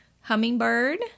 Hummingbird